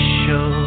show